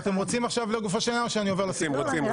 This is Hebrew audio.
אתם רוצים לגופו של עניין או שאני עובר לסעיף הבא?